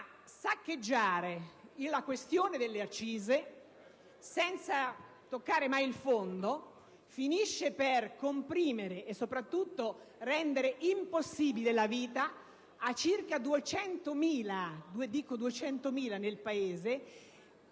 saccheggiare la voce delle accise, senza toccare mai il fondo, finisce per comprimere e, soprattutto, per rendere impossibile la vita a circa 200.000 industrie